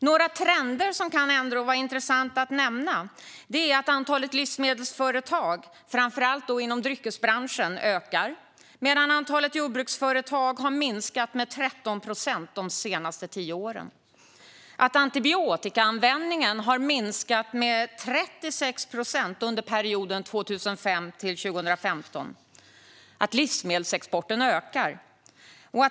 Några trender som kan vara intressanta att nämna är att antalet livsmedelsföretag, framför allt inom dryckesbranschen, ökar medan antalet jordbruksföretag har minskat med 13 procent de senaste tio åren. Antibiotikaanvändningen har minskat med 36 procent under perioden 2005-2015. Livsmedelsexporten ökar.